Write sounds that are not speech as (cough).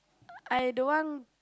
(noise) I don't want